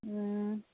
ꯎꯝ